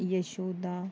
Yashoda